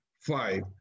five